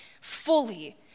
fully